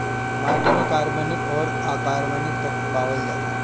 माटी में कार्बनिक अउरी अकार्बनिक तत्व पावल जाला